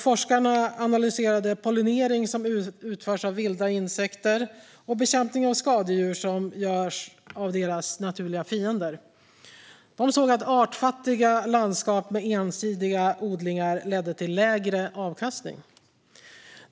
Forskarna analyserade pollinering som utförs av vilda insekter och bekämpning av skadedjur som görs av skadedjurens naturliga fiender. De såg att artfattiga landskap med ensidiga odlingar ledde till lägre avkastning.